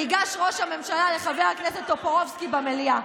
ניגש ראש הממשלה לחבר הכנסת טופורובסקי במליאה.